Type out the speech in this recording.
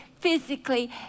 physically